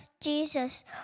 Jesus